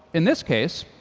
in this case,